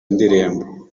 indirimbo